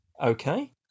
Okay